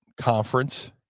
conference